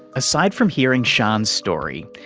aside from hearing sian's story,